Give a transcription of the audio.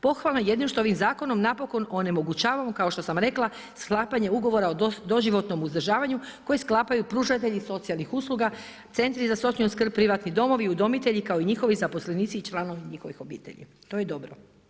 Pohvalno je jedino što ovim zakonom napokon onemogućavamo kao što sam rekla sklapanje ugovora o doživotnom uzdržavanju koji sklapaju pružatelji socijalnih usluga, centri za socijalnu skrb, privatni domovi, udomitelji kao i njihovi zaposlenici i članovi njihovih obitelji, to je dobro.